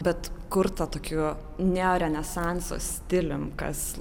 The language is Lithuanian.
bet kurta tokiu neorenesanso stilium kas